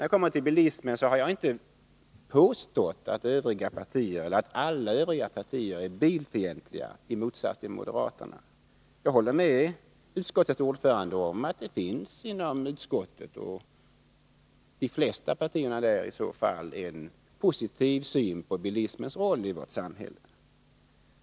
Jag har inte påstått att alla övriga partier i motsats till moderaterna är bilfientliga. Jag håller med utskottets ordförande om att de flesta partier i utskottet har en positiv syn på bilismens roll i vårt samhälle.